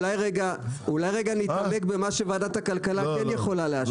אולי רגע נתמקד במה שוועדת הכלכלה כן יכולה לאשר?